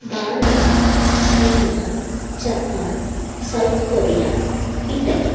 Bharat China Japan South Korea Italy